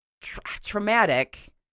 traumatic